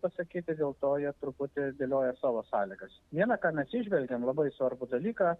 pasakyti dėl to jie truputį išdėlioja savo sąlygas vienąkart atsižvelgėm į labai svarbų dalyką